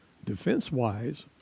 Defense-wise